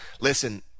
listen